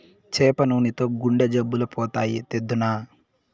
చేప నూనెతో గుండె జబ్బులు పోతాయి, తెద్దునా